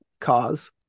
cause